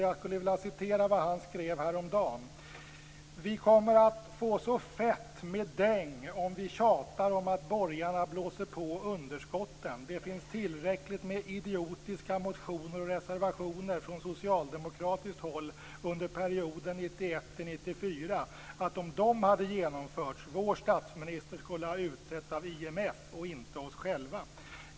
Jag skulle vilja återge vad han skrev häromdagen: Vi kommer att få så fett med däng om vi tjatar om att borgarna blåser på underskotten. Det finns tillräckligt med idiotiska motioner och reservationer från socialdemokratiskt håll under perioden 1991-1994, att om de hade genomförts skulle vår statsminister ha utsetts av IMF och inte av oss själva.